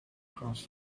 across